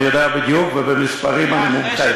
אני יודע בדיוק, ובמספרים אני מומחה.